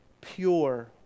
pure